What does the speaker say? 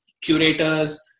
curators